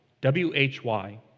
W-H-Y